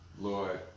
Lord